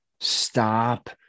stop